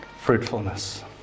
Fruitfulness